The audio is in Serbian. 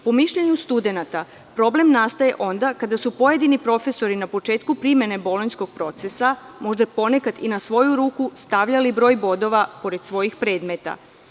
Po mišljenju studenata problem nastaje onda kada su pojedini profesori na početku primene Bolonjskog procesa, možda ponekad i na svoju ruku stavljali broj bodova pored svojih predmeta.